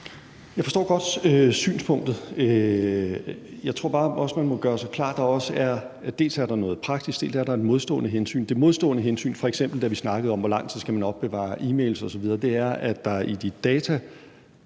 Jeg forstår godt synspunktet. Jeg tror bare også, man må gøre sig klart, at der dels er noget praktisk, dels er et modstående hensyn. Det modstående hensyn, f.eks. da vi snakkede om, hvor lang tid man skal opbevare e-mails osv., er, at der i de